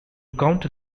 counter